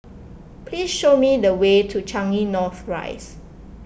please show me the way to Changi North Rise